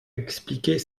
expliquer